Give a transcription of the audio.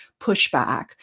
pushback